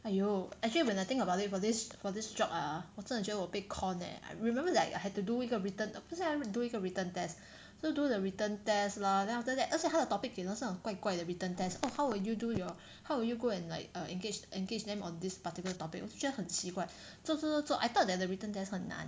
!aiyo! actually when I think about it for this for this job ah 我真的觉得我被 con eh remember like I had to do 一个 written 不是要 do 一个 written test so do the written test lah then after that 而且他的 topic 给那种怪怪的 written test so how will you do your how would you go and like err engage engage them on this particular topic 我就觉得很奇怪做做做做做 I thought that the written test 很难